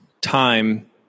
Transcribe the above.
time